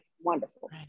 wonderful